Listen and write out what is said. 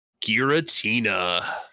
giratina